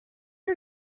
are